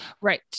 right